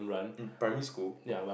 primary school